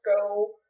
go